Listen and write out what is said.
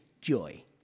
joy